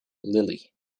lily